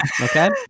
Okay